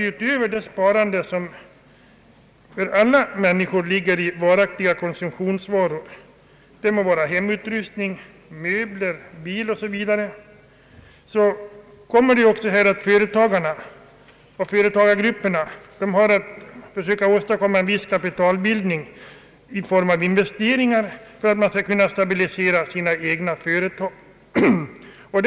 Utöver det sparande som väl för de allra flesta människor ligger i varaktiga konsumtionsvaror — det må vara hemutrustning, möbler, bil osv. — kommer också att företagarna och företagargrupperna har att försöka åstadkomma en viss kapitalbildning till investeringar som kan stabilisera det egna företaget.